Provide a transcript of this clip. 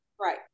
Right